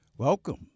Welcome